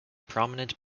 prominent